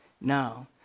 No